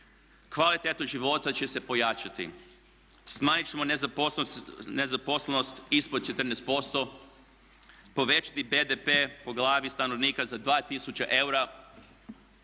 Kvaliteta života će se pojačati, smanjit ćemo nezaposlenost ispod 14%, povećati BDP po glavi stanovnika za 2000 eura